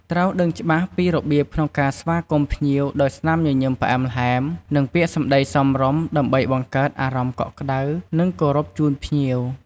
ត្រូវដឹងច្បាស់ពីរបៀបក្នុងការស្វាគមន៍ភ្ញៀវដោយស្នាមញញឹមផ្អែមល្ហែម និងពាក្យសម្តីសមរម្យ ដើម្បីបង្កើតអារម្មណ៍កក់ក្ដៅ និងគោរពជូនភ្ញៀវ។